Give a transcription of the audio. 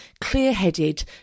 clear-headed